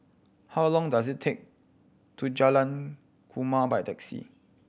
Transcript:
how long does it take to Jalan Kumia by taxi